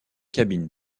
cabine